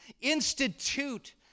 institute